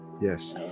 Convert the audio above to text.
Yes